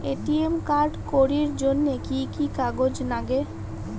ATM card করির জন্যে কি কি কাগজ নাগে?